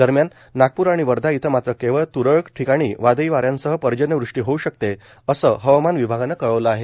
दरम्यान नागपूर आणि वर्धा इथं मात्र केवळ त्रळक ठिकाणी वादळी वाऱ्यांसह पर्जन्य वृष्टी होऊ शकते असं हवामान विभागानं कळवलं आहे